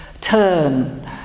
turn